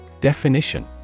definition